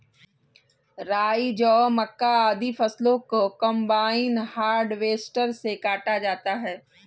राई, जौ, मक्का, आदि फसलों को कम्बाइन हार्वेसटर से काटा जाता है